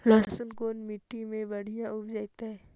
लहसुन कोन मट्टी मे बढ़िया उपजतै?